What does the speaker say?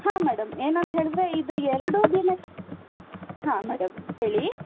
ಹಾಂ ಮೇಡಮ್ ಏನು ಅಂತ ಹೇಳಿದ್ರೆ ಇದು ಎರಡೂ ದಿನ ಹಾಂ ಮೇಡಮ್ ಹೇಳಿ